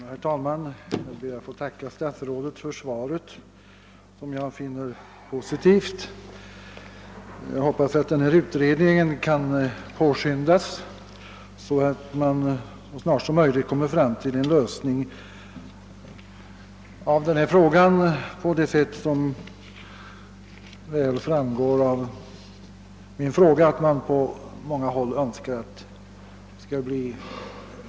Herr talman! Jag ber att få tacka statsrådet för svaret som jag finner positivt. Jag hoppas att den däri nämnda utredningen påskyndas och att förslag läggs fram som innebär att barnbidragen kommer att utbetalas per månad, som många Önskar.